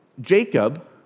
Jacob